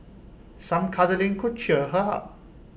some cuddling could cheer her up